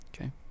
Okay